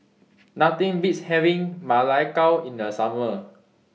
Nothing Beats having Ma Lai Gao in The Summer